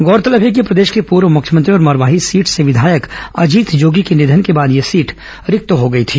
गौरतलब है कि प्रदेश के पूर्व मुख्यमंत्री और मरवाही सीट से विधायक अजीत जोगी के निधन के बाद यह सीट रिक्त हो गई थी